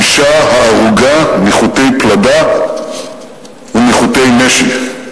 אשה הארוגה מחוטי פלדה ומחוטי משי.